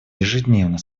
ежедневно